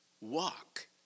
walk